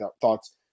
thoughts